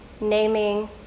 naming